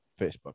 facebook